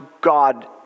God